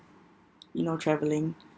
you know travelling